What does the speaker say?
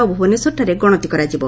ଓ ଭୁବନେଶ୍ୱରଠାରେ ଗଣତି କରାଯିବ